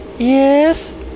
Yes